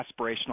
Aspirational